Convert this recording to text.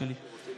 אתה יודע,